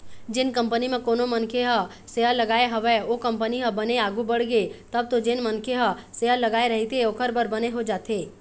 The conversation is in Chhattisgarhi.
जेन कंपनी म कोनो मनखे ह सेयर लगाय हवय ओ कंपनी ह बने आघु बड़गे तब तो जेन मनखे ह शेयर लगाय रहिथे ओखर बर बने हो जाथे